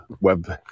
web